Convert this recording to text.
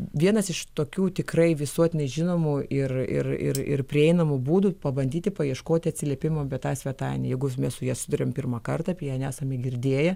vienas iš tokių tikrai visuotinai žinomų ir ir ir ir prieinamų būdų pabandyti paieškoti atsiliepimų apie tą svetainę jeigu mes su ja susiduriam pirmą kartą apie ją nesame girdėję